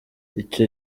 icyo